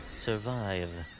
survive.